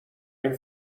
این